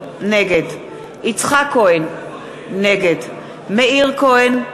נגד יצחק כהן, נגד מאיר כהן,